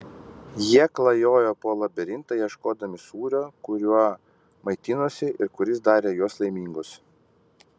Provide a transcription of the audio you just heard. jie klajojo po labirintą ieškodami sūrio kuriuo maitinosi ir kuris darė juos laimingus